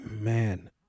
Man